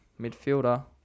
midfielder